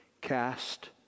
cast